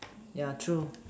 yeah true